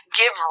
give